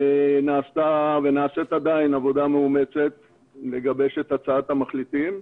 נעשית עדיין עבודה מאומצת לגבש את הצעת המחליטים.